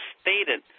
stated